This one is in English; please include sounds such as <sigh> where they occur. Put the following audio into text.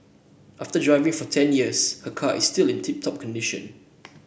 after driving for ten years her car is still in tip top condition <noise>